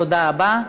תודה רבה.